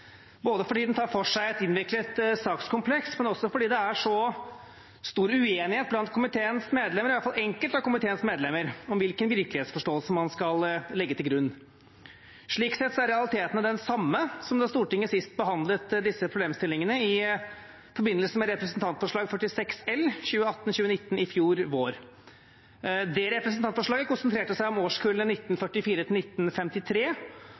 så stor uenighet blant komiteens medlemmer – i hvert fall blant enkelte av komiteens medlemmer – om hvilken virkelighetsforståelse man skal legge til grunn. Slik sett er realitetene de samme som da Stortinget sist behandlet disse problemstillingene, i forbindelse med Dokument 8:46 L for 2018–2019, i fjor vår. Det representantforslaget konsentrerte seg om årskullene 1944–1953 og er i dette forslaget utvidet til